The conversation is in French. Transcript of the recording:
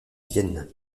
vienne